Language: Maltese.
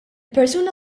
persuna